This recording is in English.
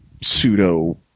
pseudo